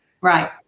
Right